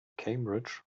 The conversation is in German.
cambridge